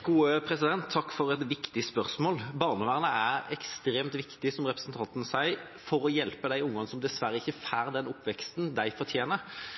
Takk for et viktig spørsmål. Barnevernet er ekstremt viktig, som representanten sier, for å hjelpe de ungene som dessverre ikke